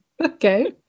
okay